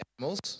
animals